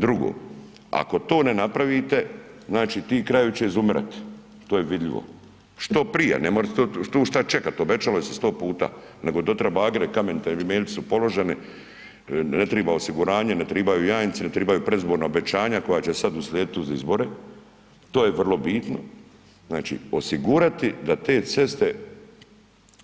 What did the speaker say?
Drugo, ako to ne napravite, znači ti krajevi će izumirati to je vidljivo, što prije, ne može se tu šta čekat, obećali ste 100 puta, nego doterat bagere, kameni temeljci su položeni, ne treba osiguranje, ne trebaju janjci, ne trebaju predizborna obećanja koja će sad uslijedit uz izbore, to je vrlo bitno, znači osigurate da te ceste,